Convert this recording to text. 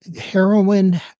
heroin